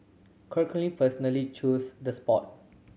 Churchill personally chose the spot